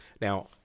Now